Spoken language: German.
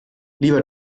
lieber